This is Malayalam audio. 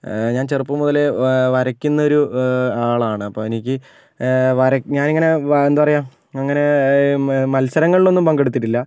ഞാൻ ചെറുപ്പം മുതലേ വരയ്ക്കുന്നൊരു ആളാണ് അപ്പോൾ എനിക്ക് വര ഞാൻ ഇങ്ങനെ എന്താ പറയുക ഇങ്ങനെ മത്സരങ്ങളിൽ ഒന്നും പങ്കെടുത്തിട്ടില്ല